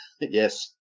Yes